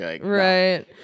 Right